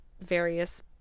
various